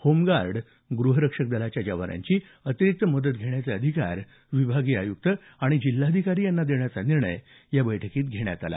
home guard ग्रहरक्षक दलाच्या जवानांची अतिरिक्त मदत घेण्याचे अधिकार विभागीय आयुक्त आणि जिल्हाधिकारी यांना देण्याचा निर्णय या बैठकीत घेण्यात आला